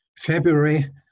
February